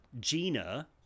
Gina